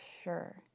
sure